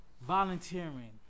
volunteering